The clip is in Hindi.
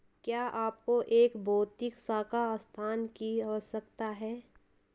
क्या आपको एक भौतिक शाखा स्थान की आवश्यकता है?